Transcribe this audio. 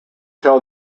tell